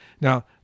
Now